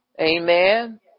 Amen